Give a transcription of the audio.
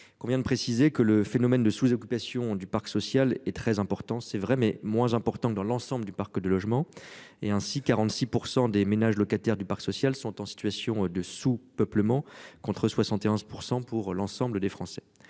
convient de préciser que le phénomène de sous-. Occupation du parc social est très important c'est vrai, mais moins importants que dans l'ensemble du parc de logements et ainsi 46% des ménages locataires du parc social sont en situation de sous-peuplement contre 71% pour l'ensemble des Français.